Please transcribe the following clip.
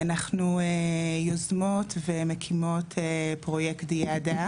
אנחנו יוזמות ומקימות פרויקט "דיאדה".